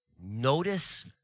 Notice